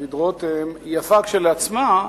דוד רותם, יפה כשלעצמה,